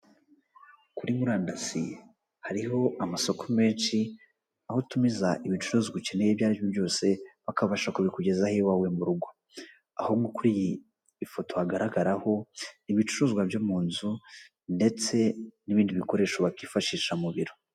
Kuri murandasi hariho amasoko menshi aho utumiza ibicuruzwa ukeneye ibyo aribyo byose bakabasha kubikugezaho iwawe mu rugo, aho kuri iyi ifoto hagaragaraho ibicuruzwa byo mu nzu ndetse n'ibindi bikoresho wakifashisha mu biro.